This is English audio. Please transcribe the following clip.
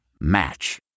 Match